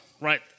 right